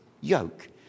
yoke